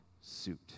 suit